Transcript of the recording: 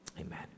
Amen